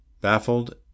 Baffled